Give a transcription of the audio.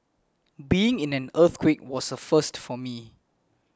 being in an earthquake was a first for me